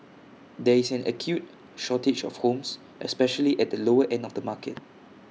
there is an acute shortage of homes especially at the lower end of the market